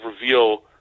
reveal